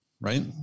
right